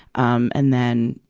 um and then,